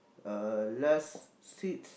uh last seats